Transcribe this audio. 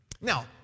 Now